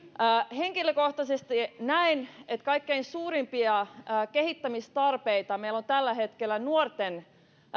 henkilökohtaisesti näen että kaikkein suurimpia kehittämistarpeita meillä on tällä hetkellä nuorten